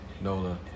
Nola